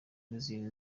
n’izindi